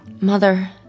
Mother